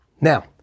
now